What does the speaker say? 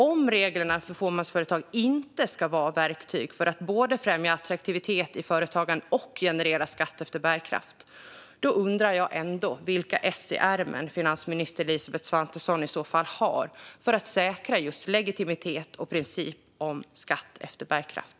Om reglerna för fåmansföretag inte ska vara verktyg för att både främja attraktivitet i företagande och generera skatt efter bärkraft undrar jag vilka ess finansminister Elisabeth Svantesson har i ärmen för att säkra just legitimitet och principen om skatt efter bärkraft.